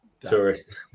Tourist